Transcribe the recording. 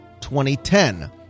2010